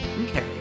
Okay